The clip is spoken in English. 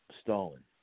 Stalin